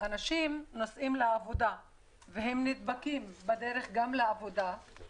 אנשים שנוסעים לעבודה ונדבקים בדרך נאלצים